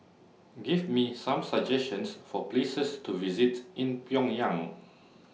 Give Me Some suggestions For Places to visit in Pyongyang